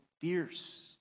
fierce